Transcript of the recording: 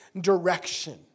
direction